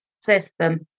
system